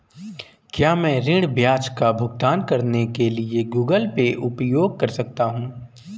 क्या मैं ऋण ब्याज का भुगतान करने के लिए गूगल पे उपयोग कर सकता हूं?